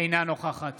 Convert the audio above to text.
אינה נוכחת